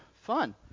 fun